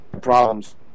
problems